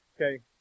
okay